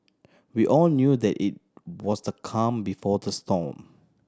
we all knew that it was the calm before the storm